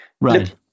Right